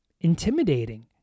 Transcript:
intimidating